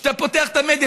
כשאתה פותח את המדיה,